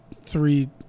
three